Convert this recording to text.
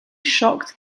shocked